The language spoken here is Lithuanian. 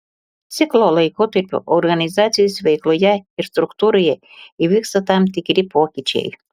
ciklo laikotarpiu organizacijos veikloje ir struktūroje įvyksta tam tikri pokyčiai